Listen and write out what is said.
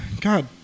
God